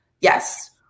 Yes